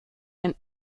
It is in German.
ein